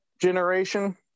generation